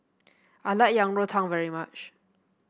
I like Yang Rou Tang very much